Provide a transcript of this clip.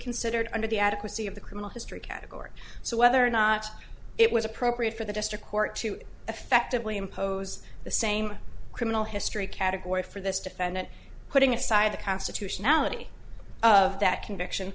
considered under the adequacy of the criminal history category so whether or not it was appropriate for the district court to effectively impose the same criminal history category for this defendant putting aside the constitutionality of that conviction